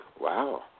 wow